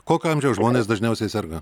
kokio amžiaus žmonės dažniausiai serga